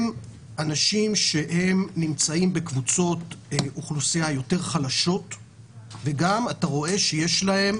אנשים שנמצאים בקבוצות אוכלוסייה יותר חלשה וגם יש להם